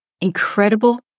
incredible